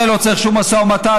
לא צריך שום משא ומתן.